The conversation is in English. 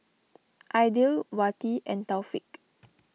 Aidil Wati and Taufik